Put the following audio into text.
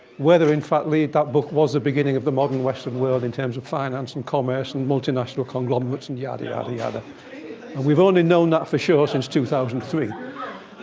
whether in factly that book was the beginning of the modern western world in terms of finance, and commerce, and multinational conglomerates, and yada, yada, yada. and we've only known that for sure since two thousand and three.